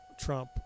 Trump